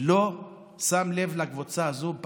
לא שם לב לקבוצה הזאת.